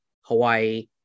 Hawaii